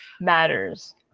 Matters